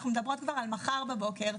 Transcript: אנחנו מדברות כבר על מחר בבוקר,